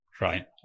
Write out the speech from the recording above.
right